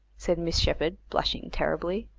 said miss sheppard, blushing terribly.